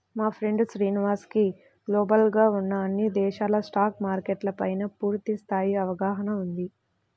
మా ఫ్రెండు శ్రీనివాస్ కి గ్లోబల్ గా ఉన్న అన్ని దేశాల స్టాక్ మార్కెట్ల పైనా పూర్తి స్థాయి అవగాహన ఉంది